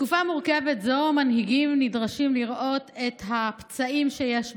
בתקופה מורכבת זו מנהיגים נדרשים לראות את הפצעים שיש בעם,